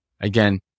Again